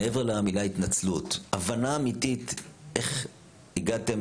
מעבר למילה התנצלות, הבנה אמיתית איך הגעתם